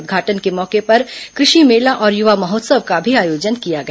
उद्घाटन के मौके पर कृषि मेला और युवा महोत्सव का भी आयोजन किया गया